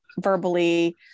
verbally